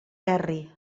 terri